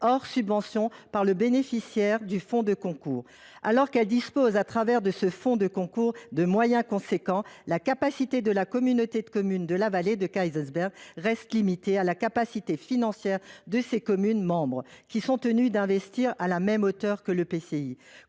hors subventions, par le bénéficiaire du fonds de concours ». Alors qu’elle dispose, au travers de ce fonds de concours, de moyens significatifs, la capacité de la communauté de communes de la Vallée de Kaysersberg reste limitée à la capacité financière de ses communes membres, qui sont tenues d’investir à la même hauteur que